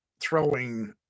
throwing